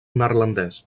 neerlandès